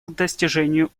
достижению